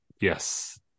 Yes